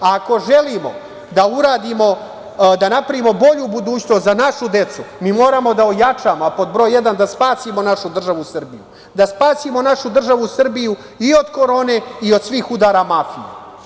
Ako želimo da napravimo bolju budućnost za našu decu, mi moramo da ojačamo, a pod broj jedan da spasimo našu državu Srbiju, da spasimo našu državu Srbiju i od korone i od svih udara mafije.